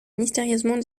mystérieusement